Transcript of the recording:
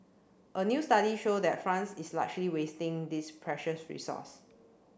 a new study show that France is largely wasting this precious resource